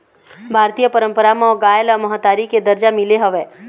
भारतीय पंरपरा म गाय ल महतारी के दरजा मिले हवय